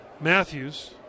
Matthews